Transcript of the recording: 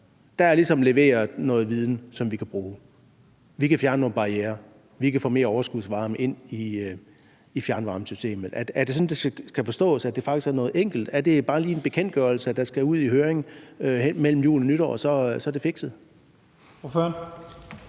at der ligesom er leveret noget viden, som vi kan bruge, at vi kan fjerne nogle barrierer, og at vi kan få mere overskudsvarme ind i fjernvarmesystemet. Er det sådan, det skal forstås, altså at det faktisk er noget enkelt? Er det bare lige en bekendtgørelse, der skal ud i høring mellem jul og nytår, og så er det fikset?